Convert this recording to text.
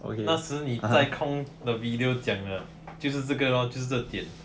okay 那时你 kong the video 讲的就是这个 lor 就是这点